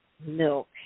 milk